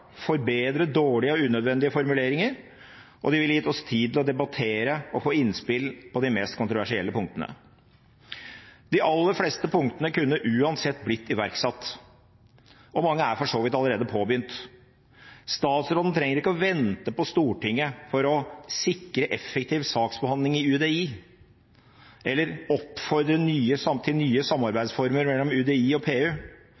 forbedre dårlige og unødvendige formuleringer, og det ville gitt oss tid til å debattere og få innspill på de mest kontroversielle punktene. De aller fleste punktene kunne uansett blitt iverksatt, og mange er for så vidt allerede påbegynt. Statsråden trenger ikke å vente på Stortinget for å «sikre effektiv saksbehandling fra UDI», «oppfordre til nye samarbeidsformer mellom UDI og PU»